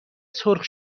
سرخ